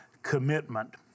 commitment